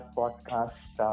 podcast